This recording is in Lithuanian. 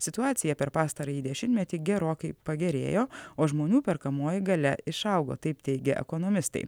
situacija per pastarąjį dešimtmetį gerokai pagerėjo o žmonių perkamoji galia išaugo taip teigia ekonomistai